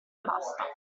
basta